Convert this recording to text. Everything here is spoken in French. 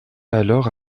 alors